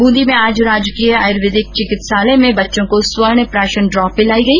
बूंदी में आज राजकीय आयुर्वेदिक चिकित्सालय में बच्चों स्वर्ण प्राशन ड्रॉप पिलाई गई